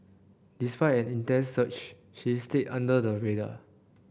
despite an intense search she stayed under the radar